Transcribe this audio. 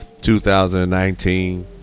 2019